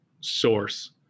source